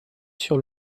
sur